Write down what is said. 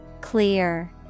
Clear